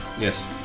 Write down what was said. Yes